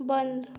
बंद